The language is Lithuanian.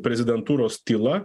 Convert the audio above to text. prezidentūros tyla